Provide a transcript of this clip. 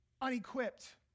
unequipped